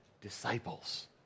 disciples